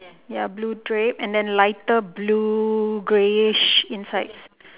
ya blue drape and then lighter blue greyish insides